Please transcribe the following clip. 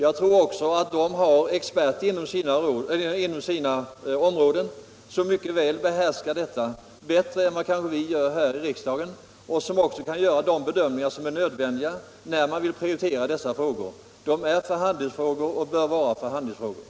Jag tror också att de fackliga organisationerna har tillgång till experter som behärskar det här området bättre än vad vi kanske gör i riksdagen. Dessa experter kan säkerligen också göra de bedömningar som är nödvändiga när man vill prioritera olika frågor. Detta är en förhandlingsfråga, och den bör få vara det.